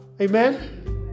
Amen